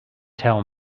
tell